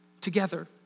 together